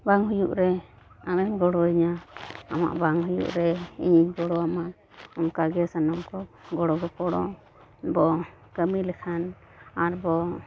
ᱵᱟᱝ ᱦᱩᱭᱩᱜ ᱨᱮ ᱟᱢᱮᱢ ᱜᱚᱲᱚᱣᱟᱹᱧᱟᱹ ᱟᱢᱟᱜ ᱵᱟᱝ ᱦᱩᱭᱩᱜ ᱨᱮ ᱤᱧ ᱜᱚᱲᱚᱣᱟᱢᱟ ᱚᱱᱠᱟᱜᱮ ᱥᱟᱱᱟᱢ ᱠᱚ ᱜᱚᱲᱚᱼᱜᱚᱯᱚᱲᱚ ᱵᱚ ᱠᱟᱹᱢᱤ ᱞᱮᱠᱷᱟᱱ ᱟᱨ ᱵᱚ